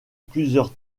plusieurs